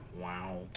Wow